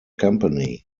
company